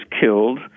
killed